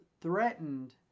threatened